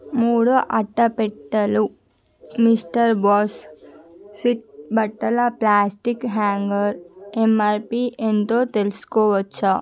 మూడు అట్టపెట్టెలు mister boss swift బట్టల ప్లాస్టిక్ హ్యాంగర్ ఎంఆర్పి ఎంతో తెలుసుకోవచ్చా